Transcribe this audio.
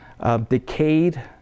decayed